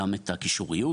גם את הקישוריות,